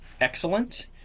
excellent